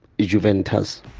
Juventus